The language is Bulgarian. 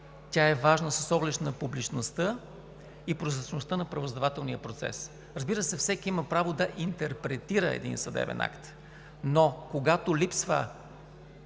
Тя е важна с оглед на публичността и прозрачността на правораздавателния процес. Разбира се, всеки има право да интерпретира един съдебен акт, но когато липсва